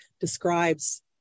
describes